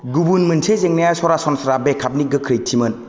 गुबुन मोनसे जेंनाया सरासनस्रा बेकआपनि गोख्रैथिमोन